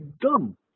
dumb